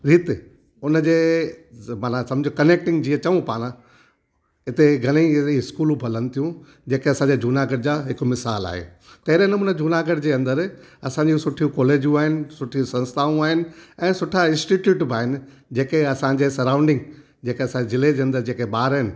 रीति उनजे माना सम्झो कनेअक्टिंग जीअं चऊं पाण हिते घणेई स्कूलूं पलनि थियूं जेके असांजे जूनागढ़ जा हिकु मिसाल आहे तेरे नमूने जूनागढ़ जे अंदरि असांजी सुठियूं कॉलेजियूं आहिनि सुठी संस्थाऊं आहिनि ऐं सुठा इंस्टिट्यूट बि आहिनि जेके असांजे सराउंडिंग जेके असांजे जिले जे अंदरि जेके ॿार आहिनि